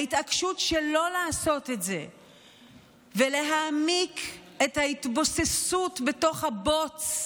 ההתעקשות שלא לעשות את זה ולהעמיק את ההתבוססות בתוך הבוץ,